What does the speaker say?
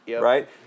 right